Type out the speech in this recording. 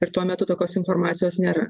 ir tuo metu tokios informacijos nėra